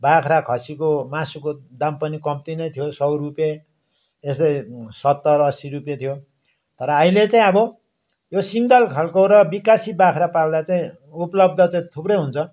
बाख्रा खसीको मासुको दाम पनि कम्ती नै थियो सय रुपियाँ यस्तै सत्तर अस्सी रुपियाँ थियो तर अहिले चाहिँ अब यो सिङ्गल खालको र बिकासी बाख्रा पाल्दा चाहिँ उपलब्ध चाहिँ थुप्रै हुन्छ